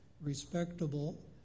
respectable